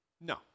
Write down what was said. No